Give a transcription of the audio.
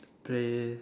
play